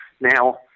Now